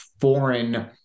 foreign